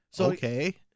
Okay